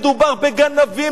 מדובר בגנבים,